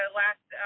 last